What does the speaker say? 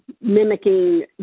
mimicking